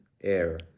air